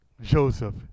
Joseph